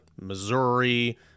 Missouri